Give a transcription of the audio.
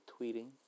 tweeting